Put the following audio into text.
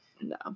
no